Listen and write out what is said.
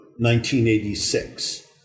1986